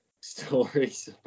stories